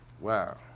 wow